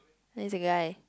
that's the guy